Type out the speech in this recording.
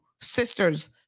sisters